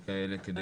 דיוני ביניים כאלה.